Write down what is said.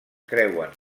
creuen